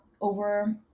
Over